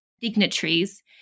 dignitaries